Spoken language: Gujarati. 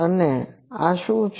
અને આ શું છે